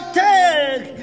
take